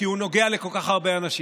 כי הוא נוגע לכל כך הרבה אנשים.